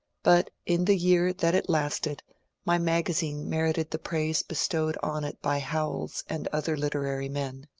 but in the year that it lasted my magasine merited the praise bestowed on it by howells and other literary men.